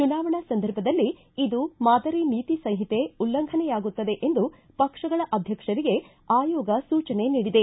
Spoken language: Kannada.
ಚುನಾವಣಾ ಸಂದರ್ಭದಲ್ಲಿ ಇದು ಮಾದರಿ ನೀತಿ ಸಂಹಿತೆ ಉಲ್ಲಂಘನೆಯಾಗುತ್ತದೆ ಎಂದು ಪಕ್ಷಗಳ ಅಧ್ಯಕ್ಷರಿಗೆ ಆಯೋಗ ಸೂಚನೆ ನೀಡಿದೆ